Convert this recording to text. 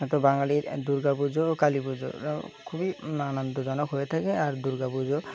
হয়তো বাঙালির দুর্গা পুজো ও কালী পুজো খুবই আনন্দজনক হয়ে থাকে আর দুর্গা পুজো